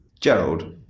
Gerald